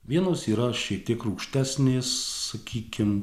vienos yra šiek tiek rūgštesnės sakykim